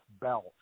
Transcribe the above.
belt